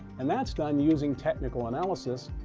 and that's done using technical analysis,